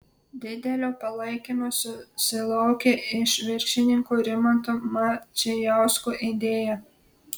didelio palaikymo susilaukė iš viršininko rimanto mačijausko idėja